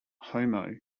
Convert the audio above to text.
homo